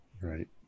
right